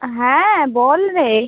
হ্যাঁ বল রে